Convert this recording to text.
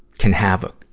can have a